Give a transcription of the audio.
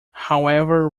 however